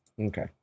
Okay